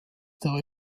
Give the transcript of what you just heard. der